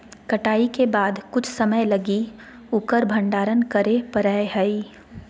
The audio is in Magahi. कटाई के बाद कुछ समय लगी उकर भंडारण करे परैय हइ